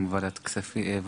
יושב-ראש ועדת הכנסת,